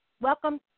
Welcome